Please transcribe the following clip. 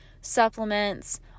supplements